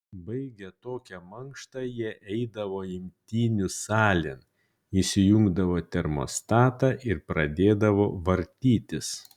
baigę tokią mankštą jie eidavo imtynių salėn įsijungdavo termostatą ir pradėdavo vartytis